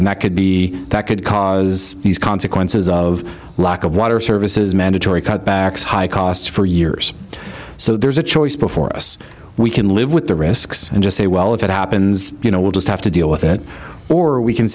and that could be that could cause these consequences of lack of water services mandatory cutbacks high costs for years so there's a choice before us we can live with the risks and just say well if it happens you know we'll just have to deal with it or we can